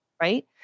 Right